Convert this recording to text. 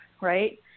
Right